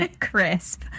Crisp